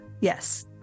Yes